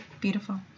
Beautiful